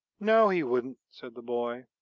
no, he wouldn't, said the boy,